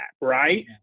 right